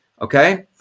okay